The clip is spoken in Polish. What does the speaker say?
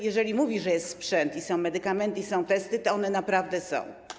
Jeżeli on mówi, że jest sprzęt, że są medykamenty i są testy, to one naprawdę są.